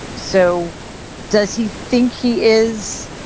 so does he think he is.